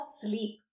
sleep